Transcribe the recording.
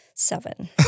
Seven